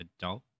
adult